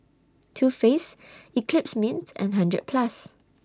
Too Faced Eclipse Mints and hundred Plus